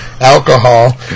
alcohol